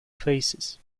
faces